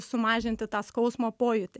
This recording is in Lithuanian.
sumažinti tą skausmo pojūtį